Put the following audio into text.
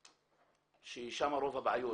מאז ועד היום,